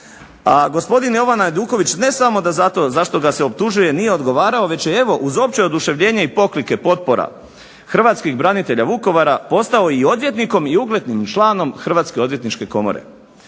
A gospodin Jovan Ajduković ne samo da za to za što ga se optužuje nije odgovarao, već je evo uz opće oduševljenje i poklike potpora hrvatskih branitelja Vukovara postao i odvjetnikom i uglednim članom Hrvatske odvjetničke komore.